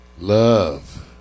Love